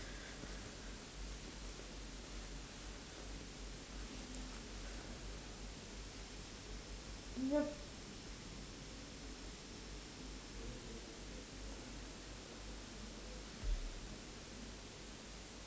yup